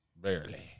Barely